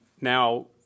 Now